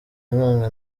inkunga